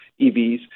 EVs